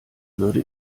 würde